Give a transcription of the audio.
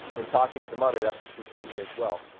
in talking to the mother, that's what she told me as well.